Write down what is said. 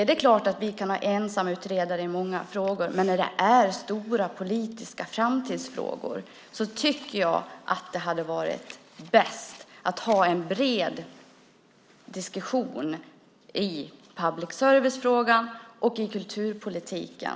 Det är klart att det går att ha ensamutredare i många frågor, men i stora politiska framtidsfrågor är det bäst med en bred diskussion i public service-frågan och i kulturpolitiken.